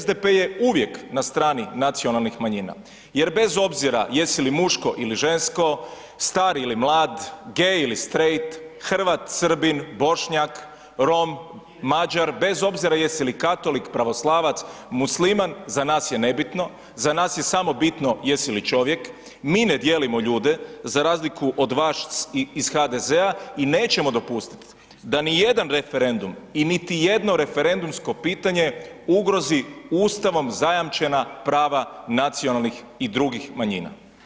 SDP je uvijek na strani nacionalnih manjina jer bez obzira jesi li muško ili žensko, star ili mlad, gay ili strate, Hrvat, Srbin, Bošnjak, Rom, Mađar, bez obzira jesi li katolik, pravoslavac, musliman, za nas je nebitno, za nas je samo bitno jesi li čovjek, mi ne dijelimo ljude za razliku od vas iz HDZ-a i nećemo dopustit da nijedan referendum i niti jedno referendumsko pitanje ugrozi ustavom zajamčena prava nacionalnih i drugih manjina.